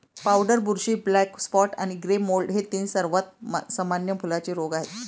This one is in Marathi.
पावडर बुरशी, ब्लॅक स्पॉट आणि ग्रे मोल्ड हे तीन सर्वात सामान्य फुलांचे रोग आहेत